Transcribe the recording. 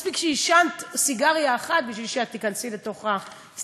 מספיק שעישנת סיגריה אחת בשביל שאת תיכנסי לסטטיסטיקה,